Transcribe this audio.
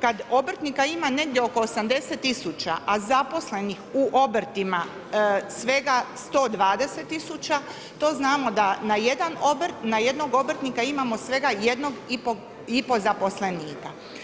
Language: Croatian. kad obrtnika ima negdje oko 80 tisuća, a zaposlenih u obrtima svega 120 tisuća, to znamo da na jednog obrtnika imamo svega jednog i pol zaposlenika.